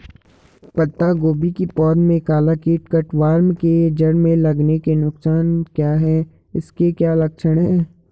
पत्ता गोभी की पौध में काला कीट कट वार्म के जड़ में लगने के नुकसान क्या हैं इसके क्या लक्षण हैं?